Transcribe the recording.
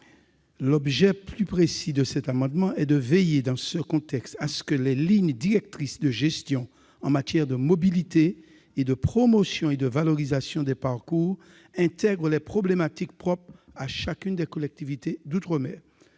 Plus précisément, son objet est de veiller à ce que les lignes directrices de gestion en matière de mobilité, de promotion et de valorisation des parcours intègrent les problématiques propres à chacune des collectivités d'outre-mer.